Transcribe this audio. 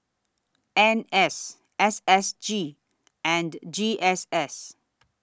N S S S G and G S S